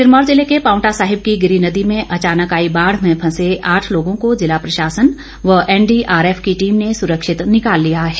सिरमौर जिले के पांवटा साहिब की गिरि नदी में अचानक आई बाढ़ में फंसे आठ लोगों को जिला प्रशासन व एनडीआरएफ की टीम ने सुरक्षित निकाल लिया है